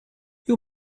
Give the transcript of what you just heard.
you